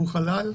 הוא חלל.